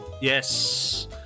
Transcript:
yes